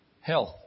health